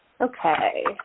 Okay